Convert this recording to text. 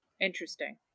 Interesting